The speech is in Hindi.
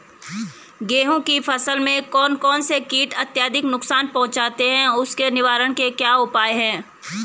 गेहूँ की फसल में कौन कौन से कीट अत्यधिक नुकसान पहुंचाते हैं उसके निवारण के क्या उपाय हैं?